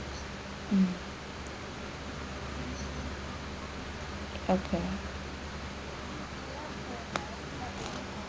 um okay